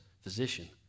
physician